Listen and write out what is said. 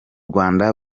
rwanda